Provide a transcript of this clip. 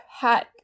hat